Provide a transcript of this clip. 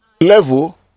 level